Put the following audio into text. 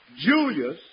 Julius